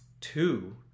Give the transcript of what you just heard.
two